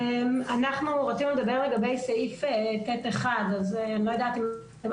אנחנו רצינו לדבר לגבי סעיף 9(1). אני לא יודעת אם אתם